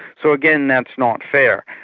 so again, that's not fair.